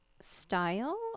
style